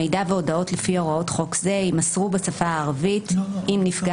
מידע והודעות לפי הוראות חוק זה יימסרו בשפה הערבית אם נפגע